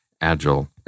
agile